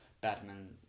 Batman